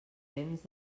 temps